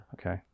Okay